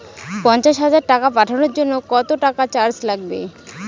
পণ্চাশ হাজার টাকা পাঠানোর জন্য কত টাকা চার্জ লাগবে?